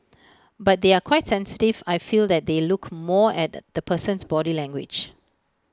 but they are quite sensitive I feel that they look more at the the person's body language